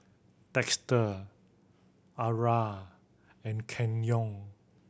Dexter Arah and Kenyon